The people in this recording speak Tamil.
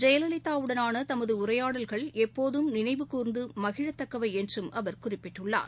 ஜெயலலிதா வுடனானதமதுஉரையாடல்கள் எப்போதும் நினைவு கூர்ந்துமகிழத்தக்கவைஎன்றும் அவர் குறிப்பிட்டுள்ளார்